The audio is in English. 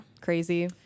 crazy